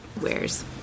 wears